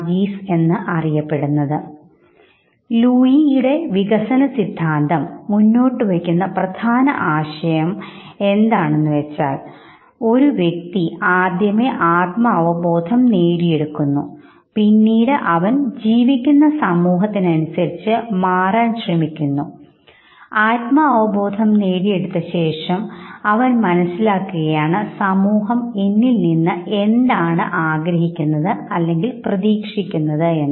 G എന്ന് അറിയപ്പെടുന്നത് ലൂയിയുടെ വികസന സിദ്ധാന്തം മുന്നോട്ടു വയ്ക്കുന്ന പ്രധാന ആശയങ്ങൾ എന്താണെന്നുവെച്ചാൽ എന്നാൽ ഒരു വ്യക്തി ആദ്യമേ ആത്മബോധം നേടിയെടുക്കുന്നു പിന്നീട് അവൻ ജീവിക്കുന്ന സമൂഹത്തിനു അനുസരിച്ച് അവൻ മാറ്റാൻ ശ്രമിക്കുകയും ചെയ്യുകയാണ് ചെയ്യുന്നത് ആത്മാവബോധം നേടിയെടുത്ത ശേഷം അവൻ മനസ്സിലാക്കുകയാണ് സമൂഹം എന്നിൽനിന്ന് എന്താണ് ആഗ്രഹിക്കുന്നത് അല്ലെങ്കിൽ പ്രതീക്ഷിക്കുന്നത് എന്ന്